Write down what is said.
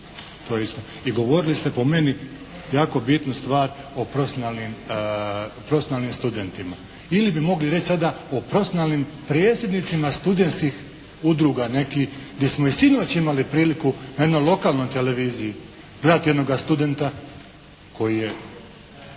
I govorili ste, po meni, jako bitnu stvar, o profesionalnim studentima. Ili bi mogli reći sada o profesionalnim predsjednicima studentskih udruga nekih, gdje smo i sinoć imali priliku na jednoj lokalnoj televiziji gledati jednoga studenta koji je,